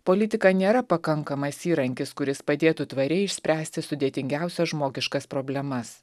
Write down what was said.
politika nėra pakankamas įrankis kuris padėtų tvariai išspręsti sudėtingiausias žmogiškas problemas